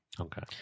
Okay